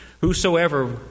Whosoever